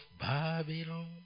Babylon